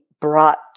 brought